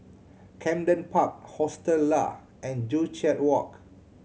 Camden Park Hostel Lah and Joo Chiat Walk